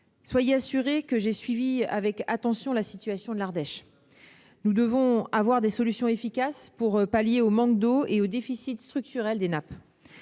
Soyez assurée que j'ai suivi avec attention la situation de l'Ardèche. Nous devons avoir des solutions efficaces pour pallier le manque d'eau et le déficit structurel des nappes.